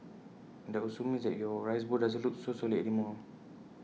and that also means that your rice bowl doesn't look so solid anymore